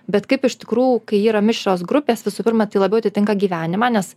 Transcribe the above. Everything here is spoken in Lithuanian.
bet kaip iš tikrų kai yra mišrios grupės visų pirma tai labiau atitinka gyvenimą nes